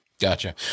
Gotcha